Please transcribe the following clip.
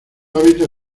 hábitat